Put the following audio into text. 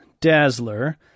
Dazzler